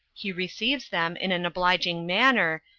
he receives them in an obliging manner,